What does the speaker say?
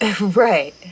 Right